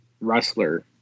wrestler